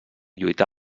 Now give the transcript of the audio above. lluità